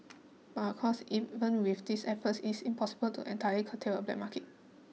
but of course even with these efforts is impossible to entirely curtail a black market